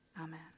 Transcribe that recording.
Amen